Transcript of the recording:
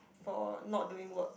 for not doing work